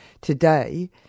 today